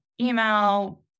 email